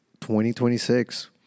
2026